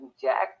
Jack